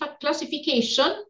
classification